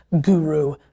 guru